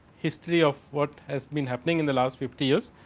history of what has been happening in the last fifty years,